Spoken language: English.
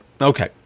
Okay